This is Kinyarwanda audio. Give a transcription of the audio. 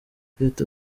leta